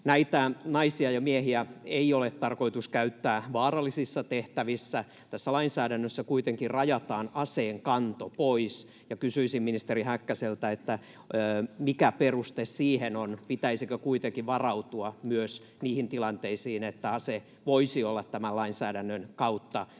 Näitä naisia ja miehiä ei ole tarkoitus käyttää vaarallisissa tehtävissä — tässä lainsäädännössä kuitenkin rajataan aseenkanto pois. Kysyisin ministeri Häkkäseltä, mikä peruste siihen on. Pitäisikö kuitenkin varautua myös niihin tilanteisiin, että ase voisi olla tämän lainsäädännön kautta tarvittaessa